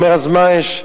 אומר: אז מה יש,